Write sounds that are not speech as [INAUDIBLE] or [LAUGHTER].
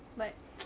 but [NOISE]